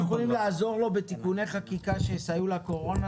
אם אנחנו יכולים לעזור לו בתיקוני חקיקה שיסייעו לטיפול בקורונה